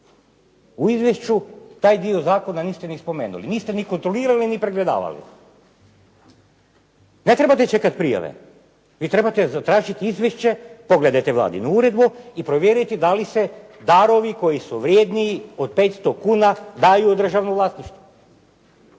U izvješću taj dio zakona niste ni spomenuli, niste ni kontrolirali, ni pregledavali. Ne trebate čekati prijave. Vi trebate zatražiti izvješće, provjerite vladinu uredbu i provjeriti da li se darovi koji su vredniji od 500 kuna daju u državno vlasništvo?